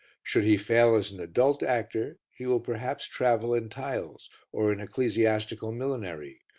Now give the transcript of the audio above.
should he fail as an adult actor, he will perhaps travel in tiles or in ecclesiastical millinery,